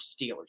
Steelers